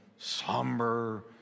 somber